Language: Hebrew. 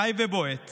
חי ובועט